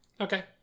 Okay